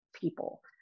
people